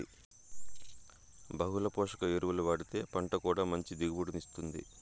బహుళ పోషక ఎరువులు వాడితే పంట కూడా మంచి దిగుబడిని ఇత్తుంది